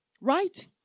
Right